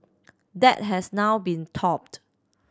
that has now been topped